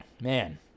man